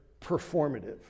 performative